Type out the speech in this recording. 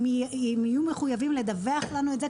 הם יהיו מחויבים לדווח לנו את זה,